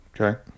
Okay